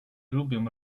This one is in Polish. lubią